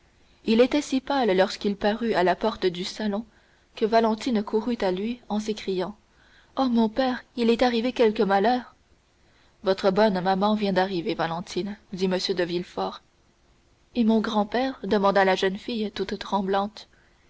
il était si pâle lorsqu'il parut à la porte du salon que valentine courut à lui en s'écriant oh mon père il est arrivé quelque malheur votre bonne maman vient d'arriver valentine dit m de villefort et mon grand-père demanda la jeune fille toute tremblante